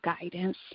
guidance